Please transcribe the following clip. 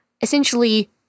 essentially